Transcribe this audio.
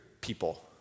people